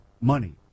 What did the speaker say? money